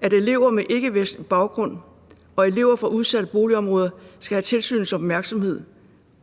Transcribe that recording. at elever med ikkevestlig baggrund og elever fra udsatte boligområder skal have tilsynets opmærksomhed,